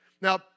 Now